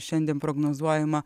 šiandien prognozuojama